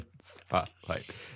spotlight